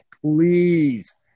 Please